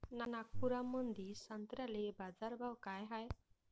नागपुरामंदी संत्र्याले बाजारभाव काय हाय?